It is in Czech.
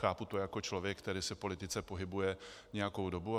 Chápu to jako člověk, který se v politice pohybuje nějakou dobu.